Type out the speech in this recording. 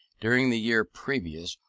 during the year previous,